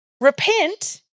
Repent